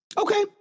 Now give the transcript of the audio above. Okay